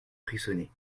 frissonner